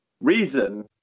reason